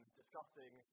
discussing